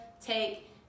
take